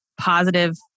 positive